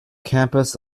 campus